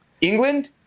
England